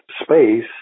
space